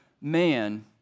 man